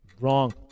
Wrong